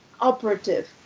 operative